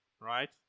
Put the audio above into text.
right